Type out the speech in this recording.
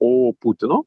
o putino